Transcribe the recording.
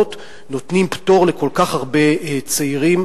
נותנים פטור מגיוס לכל כך הרבה צעירים.